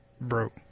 broke